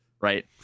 right